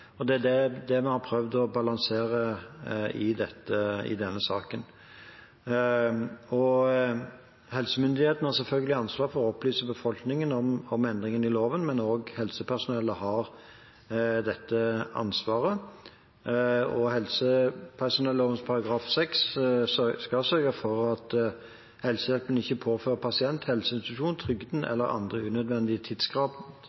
og det er det vi har prøvd å balansere i denne saken. Helsemyndighetene har selvfølgelig ansvar for å opplyse befolkningen om endringen i loven, men også helsepersonell har dette ansvaret. Helsepersonelloven § 6 skal sørge for at helsehjelpen ikke påfører pasient, helseinstitusjon, trygden